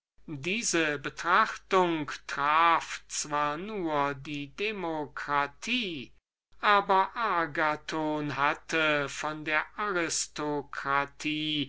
diese reflexion traf zwar nur die demokratie aber agathon hatte von der aristokratie